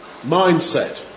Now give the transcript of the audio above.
mindset